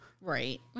Right